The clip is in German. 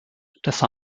dass